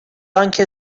آنکه